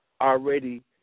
already